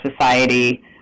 society